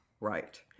right